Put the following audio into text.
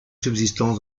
subsistance